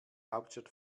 hauptstadt